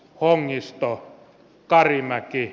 hongisto karimäki